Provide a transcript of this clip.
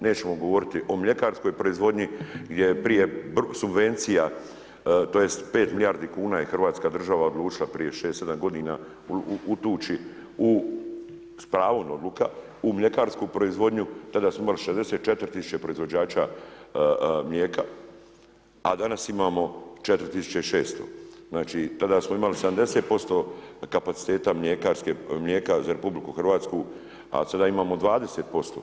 Nećemo govoriti o mljekarskoj proizvodnji gdje je prije, subvencija, tj. 5 milijardi kuna je Hrvatska država odlučila prije 6,7 godina utući u, s pravom odluka u mljekarsku proizvodnju, tada smo imali 64 tisuće proizvođača mlijeka a danas imamo 4600, znači tada smo imali 70% kapaciteta mlijeka za RH a sada imamo 20%